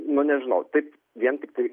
nu nežinau taip vien tiktai